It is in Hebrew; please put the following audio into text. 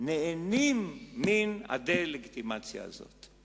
נהנים מן הדה-לגיטימציה הזאת.